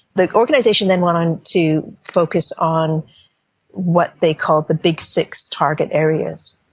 the organisation then went on to focus on what they called the big six target areas,